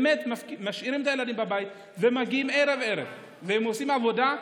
משאירים את הילדים בבית ומגיעים ערב-ערב ועושים עבודה.